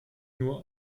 nur